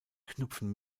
knüpfen